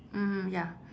mmhmm ya